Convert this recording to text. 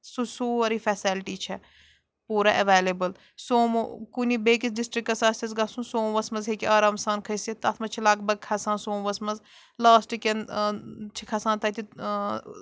سُہ سورُے فٮ۪سَلٹی چھےٚ پوٗرٕ اٮ۪ویلٕبٕل سومو کُنہِ بیٚیہِ کِس ڈِسٹِرٛکَس آسٮ۪س گژھُن سوموٗوَس منٛز ہیٚکہِ آرام سان کھٔسِتھ تَتھ منٛز چھِ لَگ بَگ کھسان سوموٗوَس منٛز لاسٹٕکٮ۪ن چھِ کھسان تَتہِ